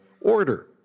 order